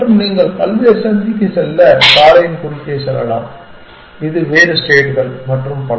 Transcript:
மற்றும் நீங்கள் பல்வேறு சந்திக்குச் செல்ல சாலையின் குறுக்கே செல்லலாம் இது வேறு ஸ்டேட்கள் மற்றும் பல